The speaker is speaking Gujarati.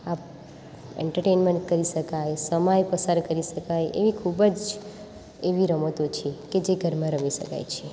આપ એન્ટરટેનમેન્ટ કરી શકાય સમય પસાર કરી શકાય એવી ખૂબ જ એવી રમતો છે કે જે ઘરમાં રમી શકાય છે